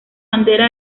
bandera